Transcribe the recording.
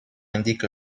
indique